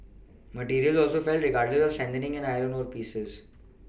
materials also fell regardless of a strengthening in iron ore prices